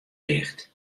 ticht